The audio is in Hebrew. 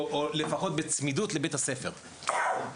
או לפחות בצמידות לבית הספר,